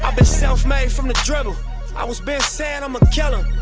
um been self-made from the dribble i was been sayin' i'm a killer